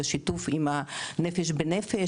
בשיתוף עם ה'נפש בנפש',